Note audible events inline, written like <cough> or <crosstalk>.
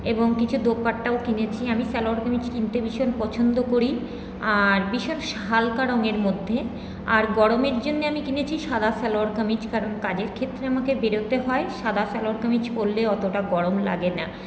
এবং কিছু দোপাট্টাও কিনেছি আমি সালোয়ার কামিজ কিনতে ভীষণ পছন্দ করি আর <unintelligible> হালকা রঙের মধ্যে আর গরমের জন্য আমি কিনেছি সাদা সালোয়ার কামিজ কারণ কাজের ক্ষেত্রে আমাকে বেরোতে হয় সাদা সালোয়ার কামিজ পরলে অতটা গরম লাগে না